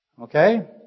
Okay